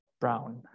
brown